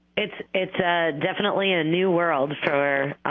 it's it's a definitely a new world for